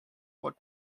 what